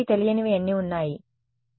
కాబట్టి తెలియనివి ఎన్ని ఉన్నాయీ